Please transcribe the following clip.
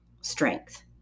strength